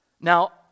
Now